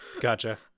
gotcha